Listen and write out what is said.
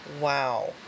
Wow